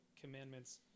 commandments